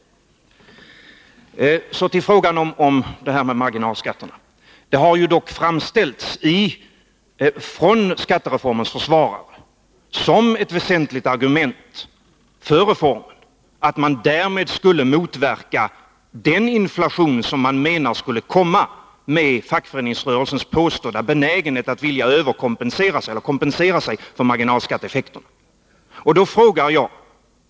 Beträffande frågan om marginalskatterna har det från skattereformens försvarare framställts som ett väsentligt argument för reformen att man därmed skulle motverka den inflation som man menar skulle bli följden av fackföreningsrörelsens påstådda benägenhet att vilja överkompensera sig, eller kompensera sig för marginalskatteeffekterna.